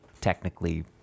technically